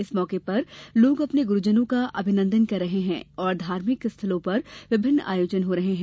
इस मौके पर लोग अपने गुरूजनों का अभिनंदन कर रहे हैं और धार्मिक स्थलों पर विभिन्न आयोजन हो रहे हैं